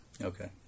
Okay